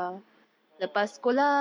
mm mm mm